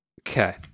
okay